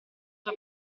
sua